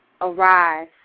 Arise